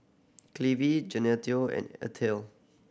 Cleve Gaetano and